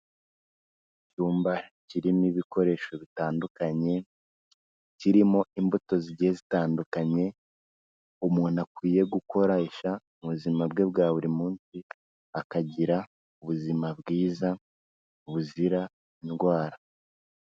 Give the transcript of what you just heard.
Icyumba kirimo ibikoresho bitandukanye kirimo imbuto zigiye zitandukanye umuntu akwiye gukoresha buzima bwe bwa buri munsi, akagira ubuzima bwiza buzira indwara.